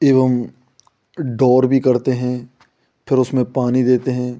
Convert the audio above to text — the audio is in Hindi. एवम डोर भी करते हें फिर उसमें पानी देते हैं